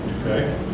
Okay